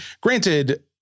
granted